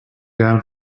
down